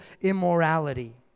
immorality